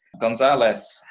Gonzalez